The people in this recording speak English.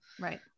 Right